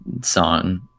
song